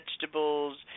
vegetables